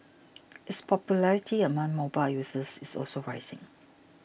its popularity among mobile users is also rising